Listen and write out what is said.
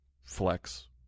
flex